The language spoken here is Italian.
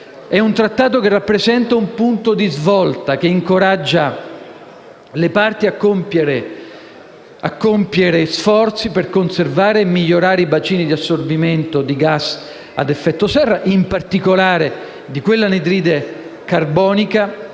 Il trattato rappresenta un punto di svolta e incoraggia le parti a compiere sforzi per conservare e migliorare i bacini di assorbimento di gas ad effetto serra e, in particolare, dell'anidride carbonica,